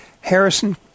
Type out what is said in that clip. Harrison